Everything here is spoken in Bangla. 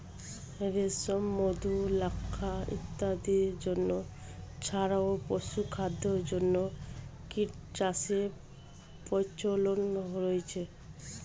রেশম, মধু, লাক্ষা ইত্যাদির জন্য ছাড়াও পশুখাদ্যের জন্য কীটচাষের প্রচলন রয়েছে